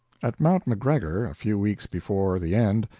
at mount mcgregor, a few weeks before the end,